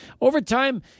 overtime